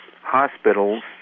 hospitals